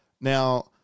Now